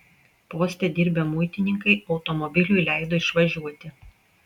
poste dirbę muitininkai automobiliui leido išvažiuoti